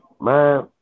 Man